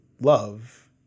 love